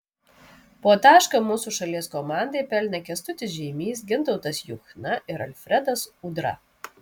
po tašką mūsų šalies komandai pelnė kęstutis žeimys gintautas juchna ir alfredas udra